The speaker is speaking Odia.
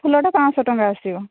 ଫୁଲଟା ପାଞ୍ଚଶହ ଟଙ୍କା ଆସିବ